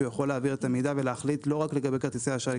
יכול להעביר את המידע ולהחליט לא רק לגבי כרטיסי האשראי,